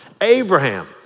Abraham